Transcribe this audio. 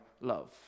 love